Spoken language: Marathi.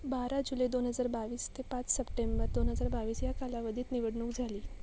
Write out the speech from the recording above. बारा जुलै दोन हजार बावीस ते पाच सप्टेंबर दोन हजार बावीस या कालावधीत निवडणूक झाली